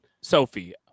Sophie